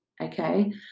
okay